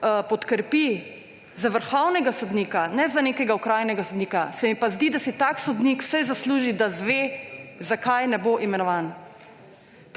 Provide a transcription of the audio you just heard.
podkrepi ‒za vrhovnega sodnika, ne za nekega okrajnega sodnika –, se mi pa zdi, da si tak sodnik vsaj zasluži, da izve, zakaj ne bo imenovan.